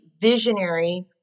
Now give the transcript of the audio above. visionary